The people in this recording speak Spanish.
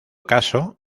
caso